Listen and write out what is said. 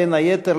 בין היתר,